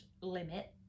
limit